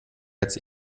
jetzt